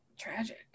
Tragic